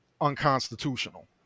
unconstitutional